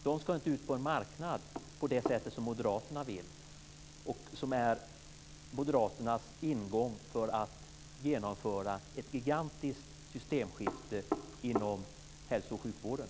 De ska inte ut på en marknad på det sätt som moderaterna vill och som är moderaternas ingång för att genomföra ett gigantiskt systemskifte inom hälso och sjukvården.